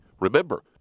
Remember